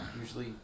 usually